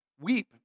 weep